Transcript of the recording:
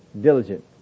diligent